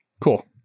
Cool